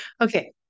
Okay